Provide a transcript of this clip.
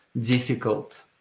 difficult